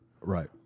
Right